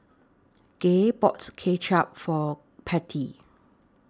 Gay bought Kuay Chap For Patty